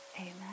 Amen